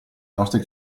nostri